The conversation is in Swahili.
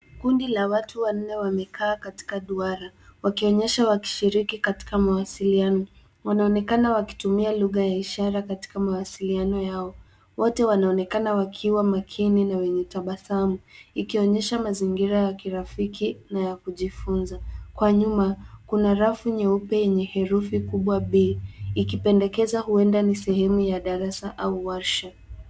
Kundi la watu wanne wamekaa katika duara, wakionyesha wakishiriki katika mawasiliano. Wanaonekana wakitumia lugha ya ishara katika mawasiliano yao, wote wanaonekana wakiwa makini na wenye tabasamu ikionyesha mazingira ya kirafiki na ya kujifunza. Kwa nyuma, kuna rafu nyeupe yenye herufi kubwa B ikipendekeza huenda ni sehemu ya darasa au warsha.